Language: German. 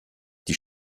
die